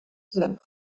heures